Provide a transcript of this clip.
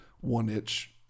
one-inch